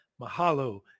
Mahalo